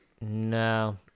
No